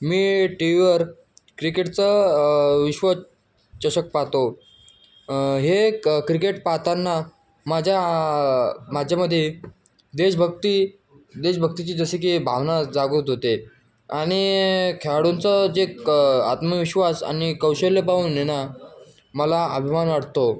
मी T व्हीवर क्रिकेटचं विश्वचषक पाहतो हे क क्रिकेट पाहताना माझ्या माझ्यामध्ये देशभक्ती देशभक्तीची जसे की भावना जागृत होते आणि खेळाडूंचं जे क आत्मविश्वास आणि कौशल्य पाहून आहे ना मला अभिमान वाटतो